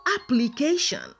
application